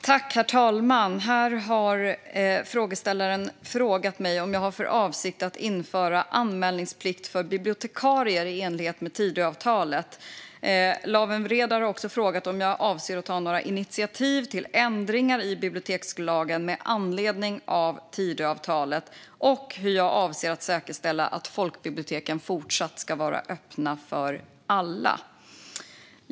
Herr talman! Lawen Redar har frågat mig om jag har för avsikt att införa anmälningsplikt för bibliotekarier i enlighet med Tidöavtalet. Lawen Redar har också frågat mig om jag avser att ta några initiativ till ändringar i bibliotekslagen med anledning av Tidöavtalet samt hur jag avser att säkerställa att folkbiblioteken fortsatt ska vara "öppna för alla".